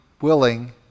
willing